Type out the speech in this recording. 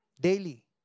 Daily